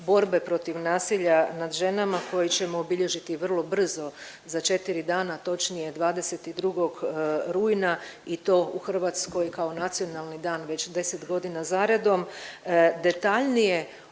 Hrvatskoj kao nacionalni dan već 10 godina zaredom